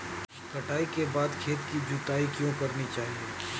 कटाई के बाद खेत की जुताई क्यो करनी चाहिए?